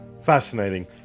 Fascinating